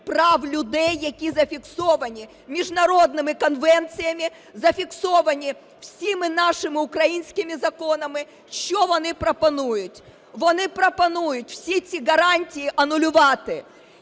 прав людей, які зафіксовані міжнародними конвенціями, зафіксовані всіма нашими українськими законами. Що вони пропонують? Вони пропонують усі ці гарантії анулювати